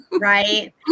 right